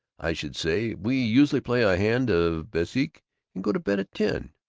i should say, we usually play a hand of bezique and go to bed at ten.